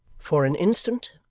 for an instant,